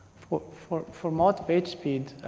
for for mod pagespeed,